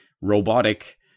robotic